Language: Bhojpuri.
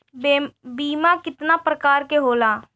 बीमा केतना प्रकार के होला?